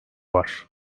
var